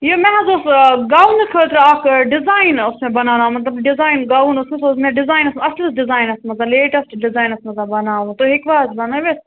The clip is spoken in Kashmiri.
یہِ مےٚ حظ اوس گاوُن خٲطرٕ اَکھ ڈِزایِن اوس مےٚ بَناوناوُن مطلب ڈِزایِن گاوُن اوس نہٕ سُہ اوس مےٚ ڈِزاینَس منٛز اَصٕل ڈِزاینَس منٛز لیٹٮ۪سٹہٕ ڈِزاینَس منٛز بَناوُن تُہۍ ہیٚکِوا حظ بَنٲوِتھ